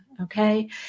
okay